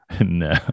no